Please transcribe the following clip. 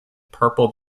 purple